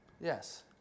Yes